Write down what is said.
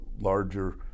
larger